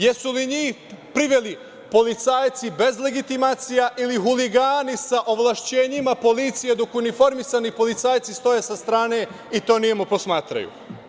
Jesu li njih priveli policajci bez legitimacija ili huligani sa ovlašćenjima policije, dok uniformisani policajci stoje sa strane i to nemo posmatraju?